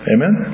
Amen